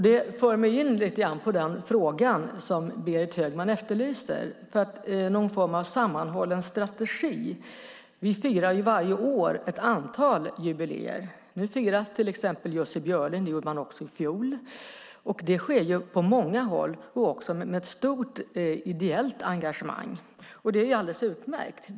Det för mig in lite grann på den fråga som Berit Högman efterlyser svar på, alltså om någon form av sammanhållen strategi. Vi firar varje år ett antal jubileer. Nu firar man till exempel Jussi Björling, och det gjorde man också i fjol. Det sker på många håll och också med ett stort ideellt engagemang. Det är alldeles utmärkt.